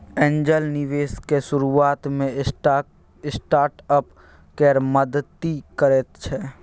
angel निबेशक शुरुआत मे स्टार्टअप केर मदति करैत छै